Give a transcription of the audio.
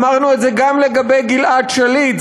אמרנו את זה גם לגבי גלעד שליט,